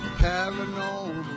paranormal